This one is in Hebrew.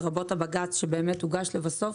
לרבות הבג"ץ שבאמת הוגש לבסוף,